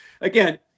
again